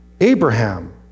Abraham